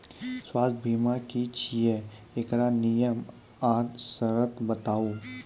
स्वास्थ्य बीमा की छियै? एकरऽ नियम आर सर्त बताऊ?